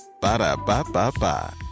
Ba-da-ba-ba-ba